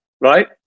Right